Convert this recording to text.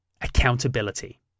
accountability